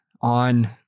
On